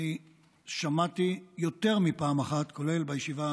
שמעתי יותר מפעם אחת, כולל בישיבה